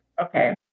Okay